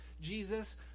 jesus